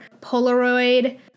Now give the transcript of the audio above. Polaroid